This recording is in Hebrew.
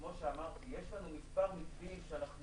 כמו שאמרתי, יש לנו מספר מתווים שאנחנו